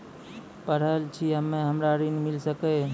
पढल छी हम्मे हमरा ऋण मिल सकई?